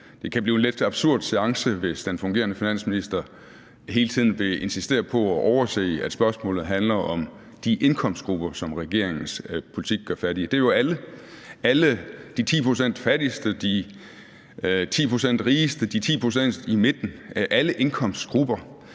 Det kan blive en lidt absurd seance, hvis den fungerende finansminister hele tiden vil insistere på at overse, at spørgsmålet handler om de indkomstgrupper, som regeringens politik gør fattigere. Det er jo alle – de 10 pct. fattigste, de 10 pct. rigeste og de 10 pct. i midten – indkomstgrupper,